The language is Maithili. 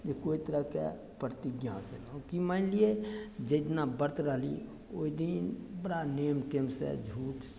जे कोइ तरहके प्रतिज्ञा जेनाकि मानि लियै जेना व्रत रहली ओइ दिन बड़ा नेम टेमसँ झूठ